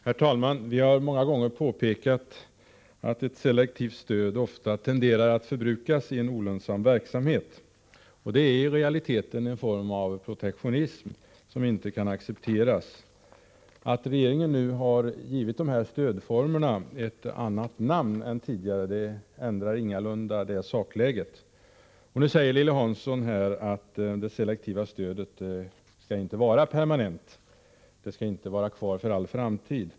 Herr talman! Vi har många gånger påpekat att ett selektivt stöd ofta tenderar att förbrukas i en olönsam verksamhet och att det i realiteten är en form av protektionism som inte kan accepteras. Att regeringen nu har givit stödformerna ett annat namn än tidigare ändrar ingalunda det sakläget. Nu säger Lilly Hansson att det selektiva stödet inte skall vara kvar för all framtid.